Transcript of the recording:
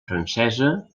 francesa